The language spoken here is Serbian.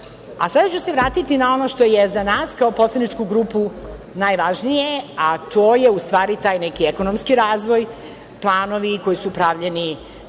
ću se vratiti na ono što je za nas kao poslaničku grupu najvažnije, a to je u stvari ekonomski razvoj, planovi koji su pravljeni